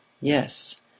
yes